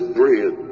bread